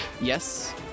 Yes